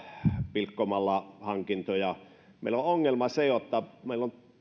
pilkkomalla hankintoja meillä on ongelma se että meillä